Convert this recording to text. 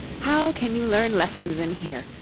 how can you learn lessons in here?